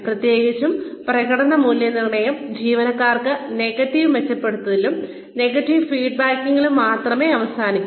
പ്രത്യേകിച്ചും പ്രകടന മൂല്യനിർണ്ണയം ജീവനക്കാർക്ക് നെഗറ്റീവ് ബലപ്പെടുത്തലിലും നെഗറ്റീവ് ഫീഡ്ബാക്കിലും മാത്രമേ അവസാനിക്കൂ